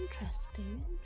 interesting